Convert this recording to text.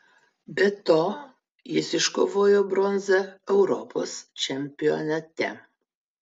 be to jis iškovojo bronzą europos čempionate